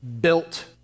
built